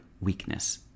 weakness